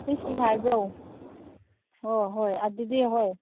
fifteen ꯍꯥꯏꯕ꯭ꯔꯣ ꯍꯣ ꯍꯣꯏ ꯑꯗꯨꯗꯤ ꯍꯣꯏ